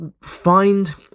find